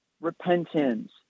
repentance